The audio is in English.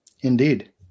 Indeed